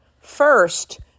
First